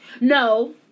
No